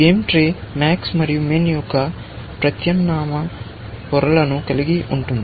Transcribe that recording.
game tree MAX మరియు MIN యొక్క ప్రత్యామ్నాయ పొరలను కలిగి ఉంటుంది